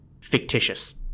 fictitious